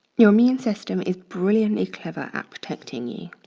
your immune system is brilliantly clever at protecting you.